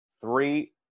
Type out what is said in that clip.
three